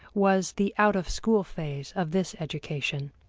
was the out-of-school phase of this education.